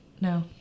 no